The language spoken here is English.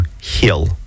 heal